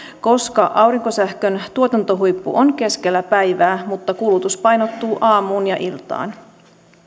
koska aurinkosähkön tuotantohuippu on keskellä päivää mutta kulutus painottuu aamuun ja iltaan